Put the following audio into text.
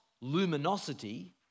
luminosity